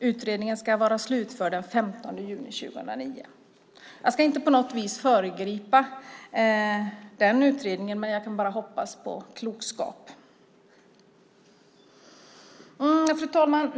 Utredningen ska vara slutförd den 15 juni 2009. Jag ska inte på något vis föregripa den utredningen. Jag kan bara hoppas på klokskap. Fru talman!